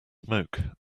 smoke